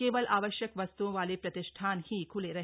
केवल आवश्यक वस्तुओं वाले प्रतिष्ठान ही ख्ले रहे